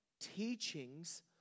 teachings